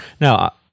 Now